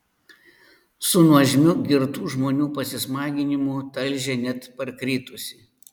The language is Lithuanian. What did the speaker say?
su nuožmiu girtų žmonių pasismaginimu talžė net parkritusį